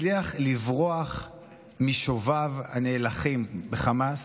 הצליח לברוח משוביו הנאלחים בחמאס.